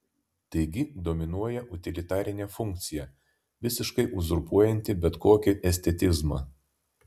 taigi dominuoja utilitarinė funkcija visiškai uzurpuojanti bet kokį estetizmą